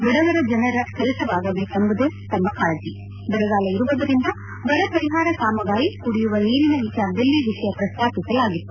ಬಡವರ ಜನರ ಕೆಲಸವಾಗಬೇಕೆಂಬುದಷ್ಷೇ ತಮ್ಮ ಕಾಳಜಿ ಬರಗಾಲ ಇರುವುದರಿಂದ ಬರಪರಿಹಾರ ಕಾಮಗಾರಿ ಕುಡಿಯುವ ನೀರಿನ ವಿಚಾರದಲ್ಲಿ ವಿಷಯ ಪ್ರಸ್ತಾಪಿಸಲಾಗಿತ್ತು